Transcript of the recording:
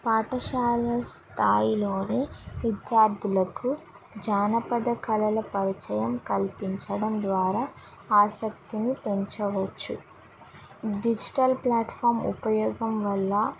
పాఠశాల స్థాయిలోని విద్యార్థులకు జానపద కళల పరిచయం కల్పించడం ద్వారా ఆసక్తిని పెంచవచ్చు డిజిటల్ ప్లాట్ఫామ్ ఉపయోగం వల్ల